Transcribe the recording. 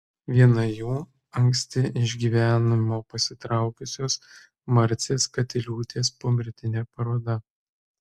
viena jų anksti iš gyvenimo pasitraukusios marcės katiliūtės pomirtinė paroda